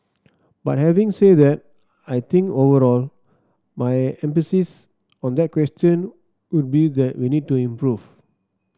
but having said that I think overall my emphasis on that question would be that we need to improve